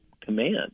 command